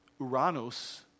Uranus